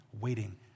waiting